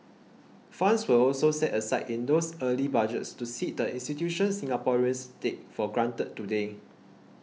funds were also set aside in those early Budgets to seed the institutions Singaporeans take for granted today